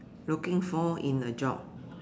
looking for in a job